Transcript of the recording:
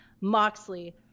Moxley